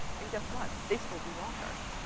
and guess what? they still do rock art.